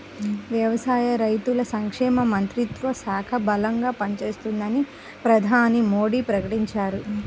వ్యవసాయ, రైతుల సంక్షేమ మంత్రిత్వ శాఖ బలంగా పనిచేస్తుందని ప్రధాని మోడీ ప్రకటించారు